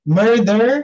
murder